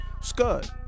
Scud